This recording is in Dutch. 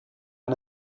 aan